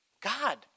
God